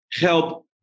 help